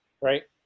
Right